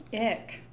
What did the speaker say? Ick